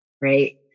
right